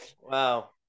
Wow